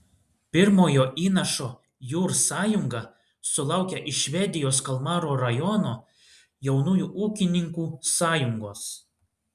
pirmojo įnašo jūr sąjunga sulaukė iš švedijos kalmaro rajono jaunųjų ūkininkų sąjungos